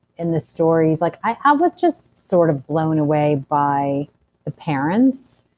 in the story, like i was just sort of blown away by the parents,